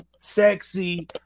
sexy